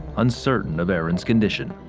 uncertain of aaron's condition.